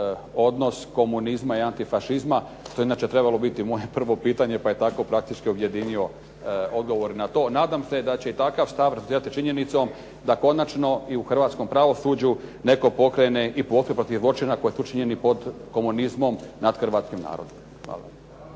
odnos komunizma i antifašizma. To je inače trebalo biti moje prvo pitanje, pa je tako praktički objedinio odgovor na to. Nadam se da će i takav stav …/Govornik se ne razumije./… činjenicom da konačno i u hrvatskom pravosuđu netko pokrene i postupak protiv zločina koji su počinjeni pod komunizmom nad Hrvatskim narodom.